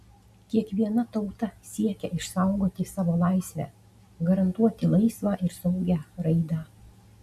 kiekviena tauta siekia išsaugoti savo laisvę garantuoti laisvą ir saugią raidą